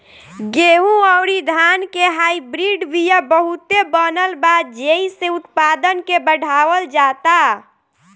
गेंहू अउरी धान के हाईब्रिड बिया बहुते बनल बा जेइसे उत्पादन के बढ़ावल जाता